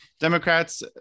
Democrats